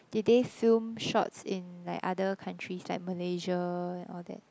did they film shots in like other countries like Malaysia and all that